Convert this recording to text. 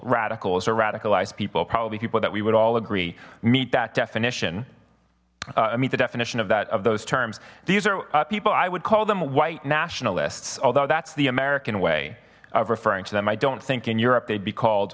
radicals or radicalized people probably people that we would all agree meet that definition i meet the definition of that of those terms these are people i would call them white nationalists although that's the american way of referring to them i don't think in europe they'd be called